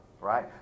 right